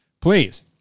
Please